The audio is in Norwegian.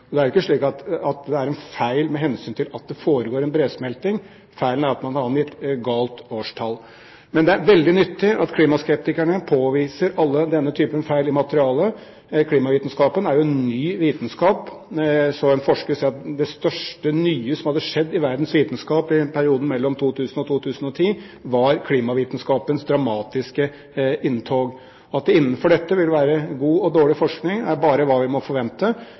Det er ikke slik at det er feil med hensyn til at det foregår en bresmelting. Feilen er at man har angitt galt årstall. Det er veldig nyttig at klimaskeptikerne påviser denne type feil i materialet. Klimavitenskapen er jo en ny vitenskap. En forsker sier at det største nye som har skjedd i verdens vitenskap i perioden 2000–2010, er klimavitenskapens dramatiske inntog. At det innenfor dette vil være god og dårlig forskning, er bare hva vi må forvente.